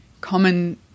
common